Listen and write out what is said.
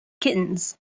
kittens